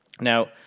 Now